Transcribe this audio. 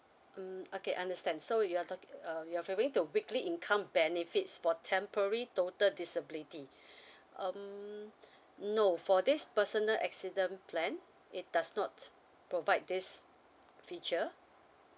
hmm okay understand so you are talki~ uh you're referring to weekly income benefits for temporary total disability um no for this personal accident plan it does not provide this feature